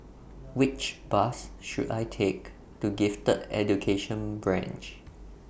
Which Bus should I Take to Gifted Education Branch